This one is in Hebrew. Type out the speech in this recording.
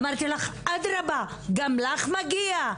אמרתי לך, אדרבה, גם לך מגיע.